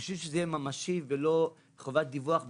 בשביל שזה יהיה ממשי ולא חובת דיווח בעלמא,